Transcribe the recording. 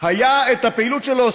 את הפעילות שלו,